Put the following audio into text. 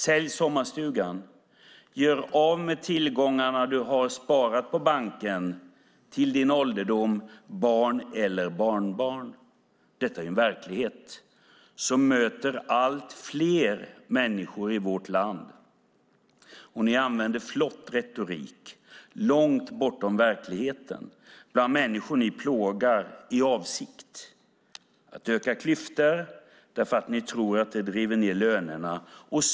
Sälj sommarstugan! Gör dig av med de tillgångar du har sparade på banken till din ålderdom, barn eller barnbarn! Detta är en verklighet som möter allt fler i vårt land. Ni använder flott retorik långt bortom verkligheten, bland människor ni plågar i avsikt att öka klyftor därför att ni tror att det driver ned lönerna.